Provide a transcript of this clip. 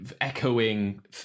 echoing